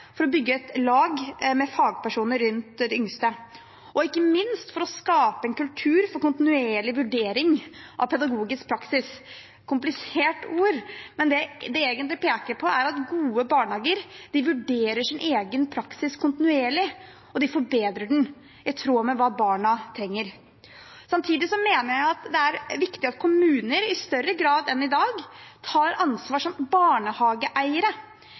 for å bygge et lag med fagpersoner rundt de yngste, og ikke minst for å skape en kultur for kontinuerlig vurdering av pedagogisk praksis. Det er et komplisert ord, men det det egentlig peker på, er at gode barnehager vurderer sin egen praksis kontinuerlig, og de forbedrer den i tråd med hva barna trenger. Samtidig mener jeg det er viktig at kommuner i større grad enn i dag tar ansvar som barnehageeiere.